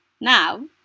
Now